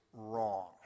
wrong